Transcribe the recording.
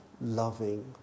loving